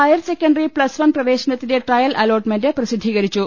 higher secondary plus one പ്രവേശനത്തിന്റെ trial allotment പ്രസിദ്ധീകരിച്ചു